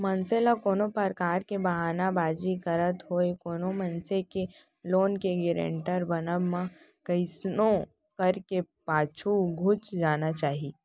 मनसे ल कोनो परकार के बहाना बाजी करत होय कोनो मनसे के लोन के गारेंटर बनब म कइसनो करके पाछू घुंच जाना चाही